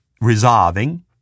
resolving